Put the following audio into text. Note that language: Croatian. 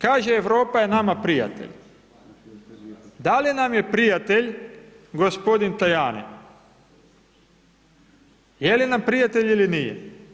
Kaže, Europa je nama prijatelj, da li nam je prijatelj g. Tajani, je li nam prijatelj ili nije?